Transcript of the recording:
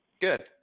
Good